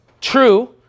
true